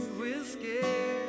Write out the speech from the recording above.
whiskey